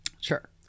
Sure